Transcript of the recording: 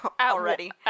already